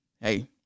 hey